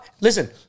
Listen